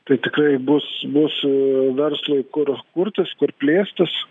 tai tikrai bus bus verslui kur kurtis kur plėstis